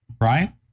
Right